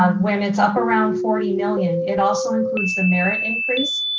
ah when it's up around forty million, it also includes the merit increase,